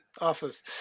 office